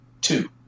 two